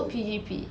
P_G_P